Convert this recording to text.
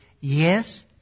yes